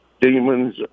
demons